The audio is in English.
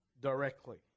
directly